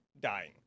Dying